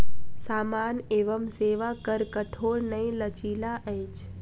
सामान एवं सेवा कर कठोर नै लचीला अछि